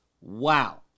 Wow